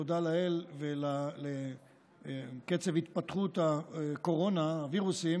תודה לאל ולקצב התפתחות הקורונה והווירוסים,